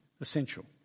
essential